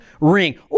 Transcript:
ring